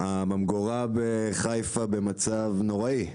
הממגורה בחיפה במצב נוראי.